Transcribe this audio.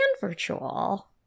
virtual